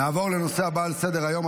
נעבור לנושא הבא על סדר-היום,